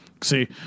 See